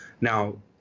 Now